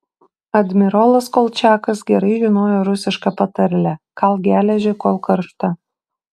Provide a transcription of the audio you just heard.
admirolas kolčiakas gerai žinojo rusišką patarlę kalk geležį kol karšta